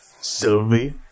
Sylvie